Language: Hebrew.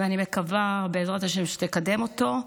ואני מקווה, בעזרת השם, שתקדם אותו,